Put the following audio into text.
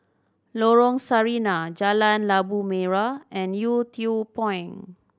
Lorong Sarina Jalan Labu Merah and Yew Tee Point